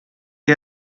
che